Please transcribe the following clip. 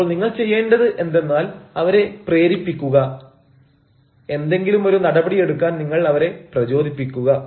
അപ്പോൾ നിങ്ങൾ ചെയ്യേണ്ടത് എന്തെന്നാൽ അവരെ പ്രേരിപ്പിക്കുക എന്തെങ്കിലും ഒരു നടപടിയെടുക്കാൻ നിങ്ങൾ അവരെ പ്രചോദിപ്പിക്കുക